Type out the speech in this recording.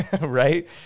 Right